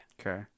Okay